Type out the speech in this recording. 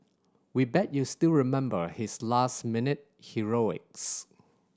we bet you still remember his last minute heroics